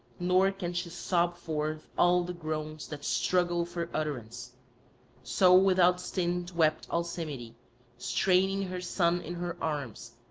nor can she sob forth all the groans that struggle for utterance so without stint wept alcimede straining her son in her arms,